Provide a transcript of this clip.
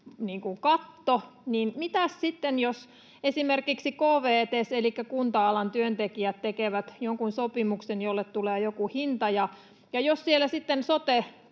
niin mitäs sitten, jos esimerkiksi KVTES elikkä kunta-alan työntekijät tekevät jonkun sopimuksen, jolle tulee joku hinta? Ja jos siellä sitten